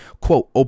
quote